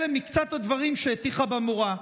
אלה מקצת הדברים שהטיחה במורה.